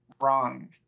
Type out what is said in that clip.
wrong